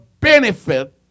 benefit